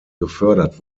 gefördert